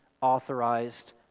authorized